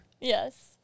Yes